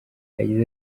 yagize